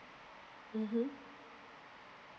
mmhmm